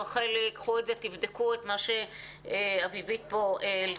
רחלי, קחו את זה, תבדקו את מה שאביבית פה העלתה.